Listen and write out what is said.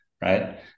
Right